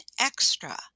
extra